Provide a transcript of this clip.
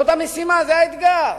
זאת המשימה, זה האתגר.